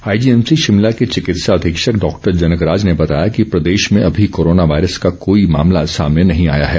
IGMC Shimla के चिकित्सा अधीक्षक डॉक्टर जनकराज ने बताया कि प्रदेश में अभी कोरोना वायरस का कोई मामला सामने नहीं आया है